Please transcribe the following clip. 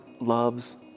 loves